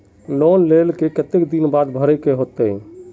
Loan लेल के केते दिन बाद भरे के होते?